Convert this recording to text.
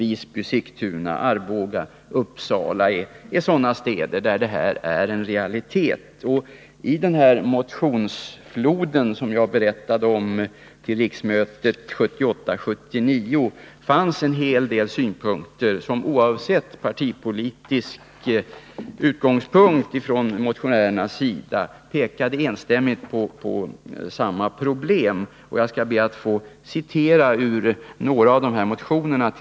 Visby, Sigtuna, Arboga, Uppsala är sådana städer där detta är en realitet. I motionsfloden till riksmötet 1978/79 som jag berättade om fanns en hel del synpunkter som, oavsett motionärernas partipolitiska utgångspunkt, enstämmigt pekade på samma problem. Jag skall be att till slut få citera ur några av motionerna.